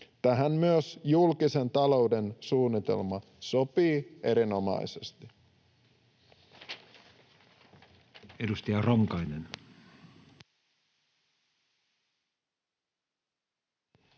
Tähän myös julkisen talouden suunnitelma sopii erinomaisesti.